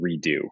redo